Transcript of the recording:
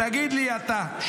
תגיד לי אתה,